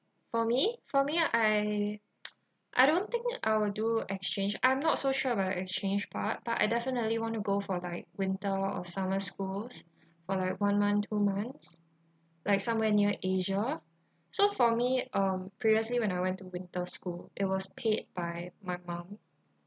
for me for me I I don't think I will do exchange I'm not so sure about exchange part but I definitely want to go for like winter or summer schools for like one month two month like somewhere near asia so for me um previously when I went to winter school it was paid by my mum